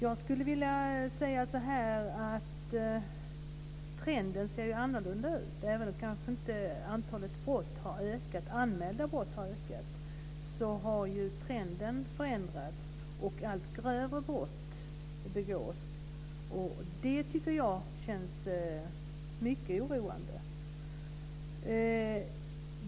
Fru talman! Trenden ser annorlunda ut. Även om antalet anmälda brott inte har ökat så har trenden förändrats. Allt grövre brott begås, och det tycker jag känns mycket oroande.